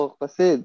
kasi